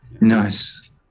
Nice